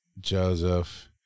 Joseph